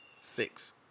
Six